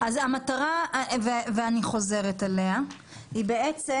המטרה, ואני חוזרת עליה, היא בעצם